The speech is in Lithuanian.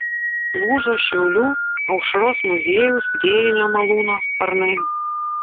lūžo šiaulių aušros muziejaus vėjinio malūno sparnai